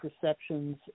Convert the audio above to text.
perceptions